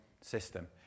system